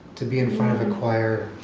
to be in front of a choir?